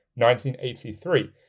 1983